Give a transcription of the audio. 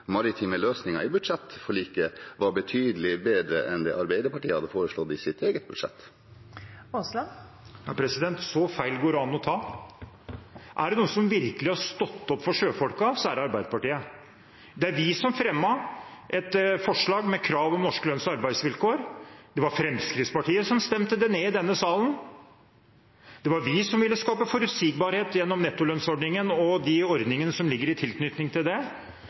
maritime løsningen i budsjettforliket var betydelig bedre enn det Arbeiderpartiet hadde foreslått i sitt eget budsjett? Så feil går det an å ta. Er det noen som virkelig har stått opp for sjøfolkene, er det Arbeiderpartiet. Det var vi som fremmet et forslag om krav om norske lønns- og arbeidsvilkår. Det var Fremskrittspartiet som stemte det ned i denne salen. Det var vi som ville skape forutsigbarhet gjennom nettolønnsordningen og ordningene i tilknytning til den. Men det